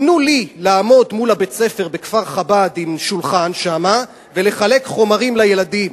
תנו לי לעמוד מול בית-הספר בכפר-חב"ד עם שולחן שם ולחלק חומרים לילדים,